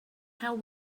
how